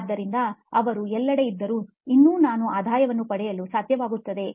ಆದ್ದರಿಂದ ಅವರು ಎಲ್ಲೆಯಿದ್ದರೂ ಇನ್ನೂ ನಾನು ಆದಾಯವನ್ನು ಪಡೆಯಲು ಸಾಧ್ಯವಾಗುತ್ತದೆ